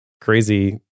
crazy